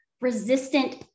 resistant